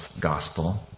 gospel